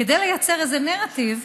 כדי לייצר איזה נרטיב,